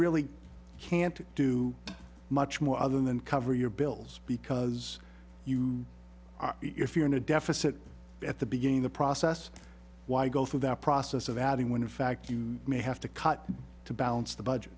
really can't do much more other than cover your bills because you are if you're in a deficit at the beginning the process why go through that process of adding when in fact you may have to cut to balance the budget